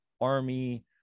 army